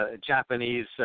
Japanese